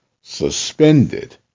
suspended